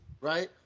right